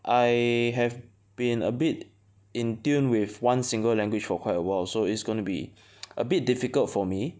I have been a bit in tune with one single language for quite awhile so it's gonna be a bit difficult for me